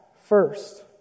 first